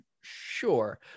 Sure